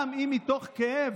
גם אם מתוך כאב